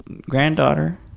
granddaughter